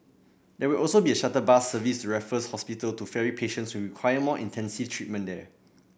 there will also be a shuttle bus service to Raffles Hospital to ferry patients who require more intensive treatment there